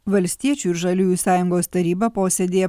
valstiečių ir žaliųjų sąjungos taryba posėdyje